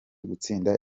gutsinda